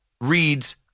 reads